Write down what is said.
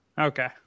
Okay